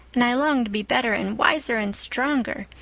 and i long to be better and wiser and stronger.